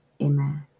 amen